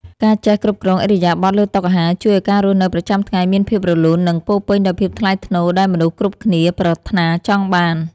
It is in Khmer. ការចេះគ្រប់គ្រងឥរិយាបថលើតុអាហារជួយឱ្យការរស់នៅប្រចាំថ្ងៃមានភាពរលូននិងពោរពេញដោយភាពថ្លៃថ្នូរដែលមនុស្សគ្រប់គ្នាប្រាថ្នាចង់បាន។